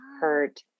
hurt